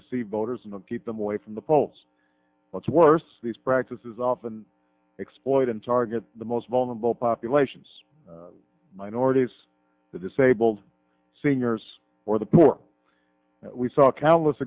deceive voters and keep them away from the polls much worse these practices often exploit and target the most vulnerable populations minorities the disabled seniors or the poor we saw countless